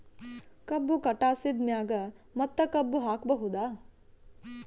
ಕಬ್ಬು ಕಟಾಸಿದ್ ಮ್ಯಾಗ ಮತ್ತ ಕಬ್ಬು ಹಾಕಬಹುದಾ?